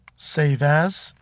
save as,